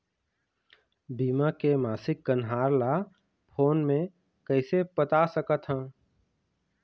बीमा के मासिक कन्हार ला फ़ोन मे कइसे पता सकत ह?